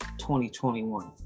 2021